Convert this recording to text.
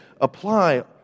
apply